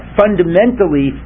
fundamentally